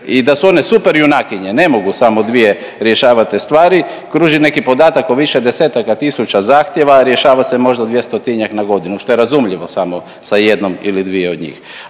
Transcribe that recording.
i da su one super junakinje, ne mogu samo dvije rješavat te stvari. Kruži neki podatak o više desetaka tisuća zahtjeva, a rješava se možda 200-tinjak na godinu, što je razumljivo samo sa jednom ili dvije od njih,